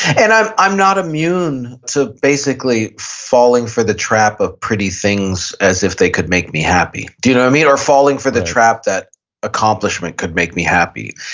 and i'm i'm not immune to basically falling for the trap of pretty things as if they could make me happy. do you know what i mean? or falling for the trap that accomplishment could make me happy.